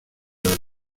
los